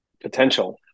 potential